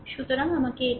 সুতরাং আমাকে এটা দিন